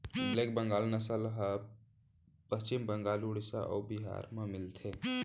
black Bengal नसल ह पस्चिम बंगाल, उड़ीसा अउ बिहार म मिलथे